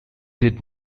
did